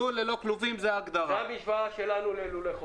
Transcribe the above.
לול ללא כלובים - זה המשוואה שלנו ללולי חופש.